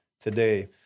today